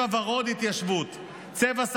צבע ורוד,